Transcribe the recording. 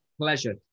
Pleasure